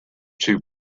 two